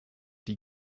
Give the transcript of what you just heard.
die